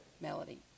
Melody